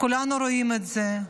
כולנו רואים את זה.